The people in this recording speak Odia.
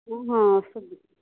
ହଁ ସବୁ